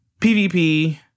PvP